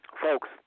folks